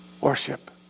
Worship